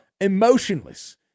emotionless